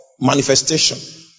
manifestation